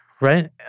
right